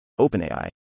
OpenAI